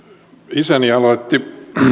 isäni aloitti